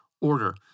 order